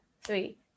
three